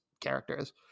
characters